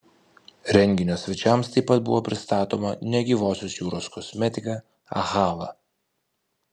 renginio svečiams taip pat buvo pristatoma negyvosios jūros kosmetika ahava